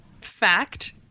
fact